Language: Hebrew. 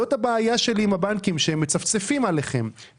זאת הבעיה שלי עם הבנקים, שהם מצפצפים עליכם.